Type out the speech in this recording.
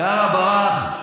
קארה ברח.